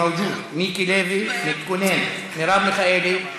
מיש מאוג'וד, מיקי לוי, מתכונן, מרב מיכאלי.